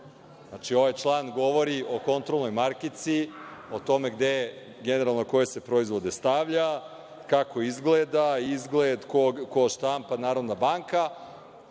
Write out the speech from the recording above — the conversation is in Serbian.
ovaj član govori o kontrolnoj markici, o tome na koje se generalno proizvode stavlja, kako izgleda, ko štampa, Narodna banka,